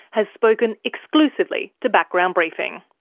has spoken exclusively to background briefing.